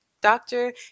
doctor